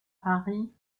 paris